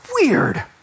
weird